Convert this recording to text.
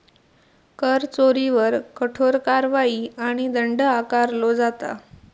कर चोरीवर कठोर कारवाई आणि दंड आकारलो जाता